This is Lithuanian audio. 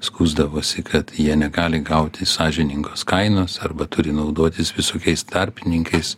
skųsdavosi kad jie negali gauti sąžiningos kainos arba turi naudotis visokiais tarpininkais